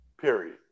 Period